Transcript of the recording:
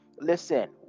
listen